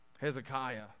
Hezekiah